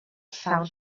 found